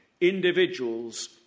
individuals